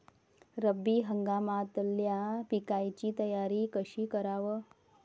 रब्बी हंगामातल्या पिकाइची तयारी कशी कराव?